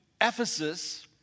Ephesus